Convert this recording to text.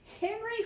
Henry